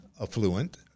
affluent